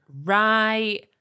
Right